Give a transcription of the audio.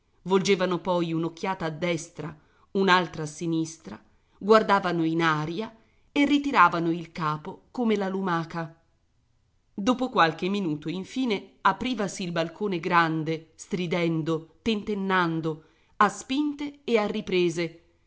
volgevano poi un'occhiata a destra un'altra a sinistra guardavano in aria e ritiravano il capo come la lumaca dopo qualche minuto infine aprivasi il balcone grande stridendo tentennando a spinte e a riprese